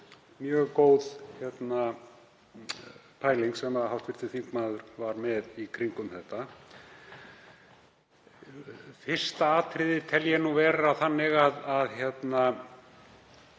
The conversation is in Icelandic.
mjög góð pæling sem hv. þingmaður var með í kringum þetta. Fyrsta atriðið tel ég vera þannig að